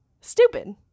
Stupid